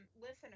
Listeners